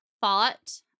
thought